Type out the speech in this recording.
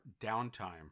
downtime